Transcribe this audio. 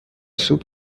سوپ